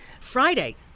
Friday